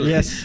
Yes